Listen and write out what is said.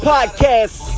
Podcast